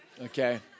Okay